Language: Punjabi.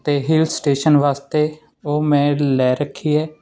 ਅਤੇ ਹਿੱਲ ਸਟੇਸ਼ਨ ਵਾਸਤੇ ਉਹ ਮੈਂ ਲੈ ਰੱਖੀ ਹੈ